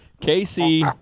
Casey